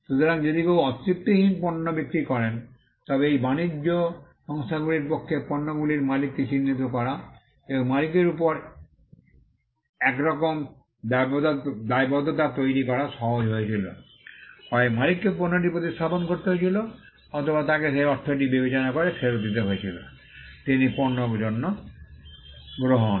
সুতরাং যদি কেউ অতৃপ্তিহীন পণ্য বিক্রি করেন তবে এই বাণিজ্য সংস্থাগুলির পক্ষে পণ্যগুলির মালিককে চিহ্নিত করা এবং মালিকের উপর একরকম দায়বদ্ধতা তৈরি করা সহজ হয়েছিল হয় মালিককে পণ্যটি প্রতিস্থাপন করতে হয়েছিল অথবা তাকে সেই অর্থটি বিবেচনা করে ফেরত দিতে হয়েছিল তিনি পণ্য জন্য গ্রহণ